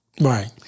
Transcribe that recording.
Right